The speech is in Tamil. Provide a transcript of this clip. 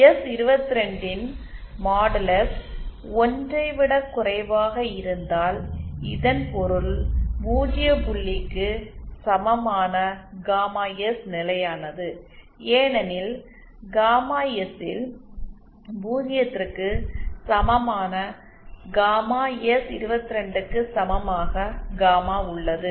எஸ்22 ன் மாடுலஸ் 1 ஐ விடக் குறைவாக இருந்தால் இதன் பொருள் பூஜ்ஜிய புள்ளிக்கு சமமான காமா எஸ் நிலையானது ஏனெனில் காமா எஸ் ல் பூஜ்ஜியத்திற்கு சமமான காமா எஸ்22 க்கு சமமாக காமா உள்ளது